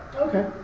Okay